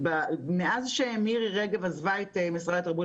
מאז שמירי רגב עזבה את משרד התרבות